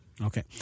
Okay